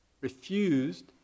refused